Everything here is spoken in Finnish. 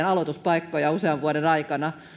aloituspaikkoja usean vuoden aikana